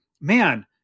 man